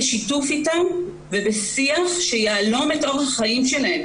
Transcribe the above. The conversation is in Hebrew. בשיתוף ובשיח שיהלום את אורח החיים שלהם.